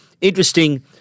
Interesting